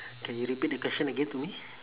can you repeat the question again to me